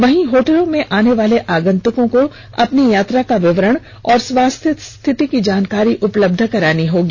वहीं होटलों में आने वाले आगंतुकों को अपनी यात्रा का विवरण और स्वास्थ्य स्थिति की जानकारी उपलब्ध करानी होगी